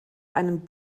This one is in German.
einen